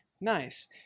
Nice